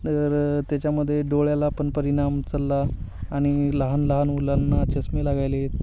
तर त्याच्यामध्ये डोळ्याला पण परिणाम चालला आणि लहान लहान मुलांना चष्मे लागायले